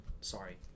Sorry